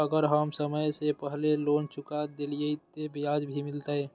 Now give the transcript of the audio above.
अगर हम समय से पहले लोन चुका देलीय ते ब्याज भी लगते?